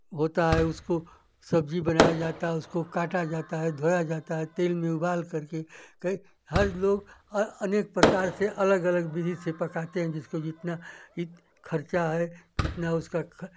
होता है उसको सब्ज़ी बनाया जाता है उसको काटा जाता है धोया जाता है तेल में उबालकर के कई हर लोग अनेक प्रकार से अलग अलग विधि से पकाते हैं जिसको जितना खर्चा है जितना उसका ख